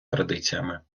традиціями